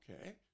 Okay